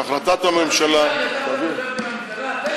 שהחלטת הממשלה, אתה מדבר בשם הממשלה?